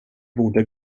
borde